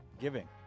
Giving